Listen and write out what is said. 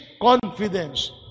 confidence